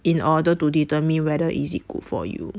in order to determine whether is it good for you